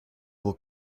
will